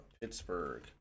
Pittsburgh